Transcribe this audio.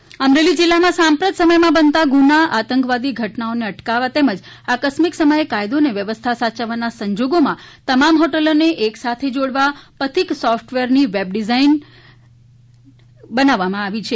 પથિક software Amreli જિલ્લામાં સાંપ્રત સમયમાં બનતા ગુન્હાઆતંકવાદી ઘટનાઓને અટકાવવા તેમજ આકસ્મિક સમયે કાયદો અને વ્યવસ્થા સાયવવાના સંજોગોમાં તમામ હોટલોને એક સાથે જોડવા પથિક સોફટવેરની વેબ ડિઝાઈન કરવામાં આવેલ છે